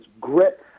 grit